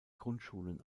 grundschulen